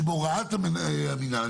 שבהוראת המינהל,